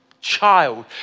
child